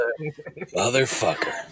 motherfucker